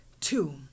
two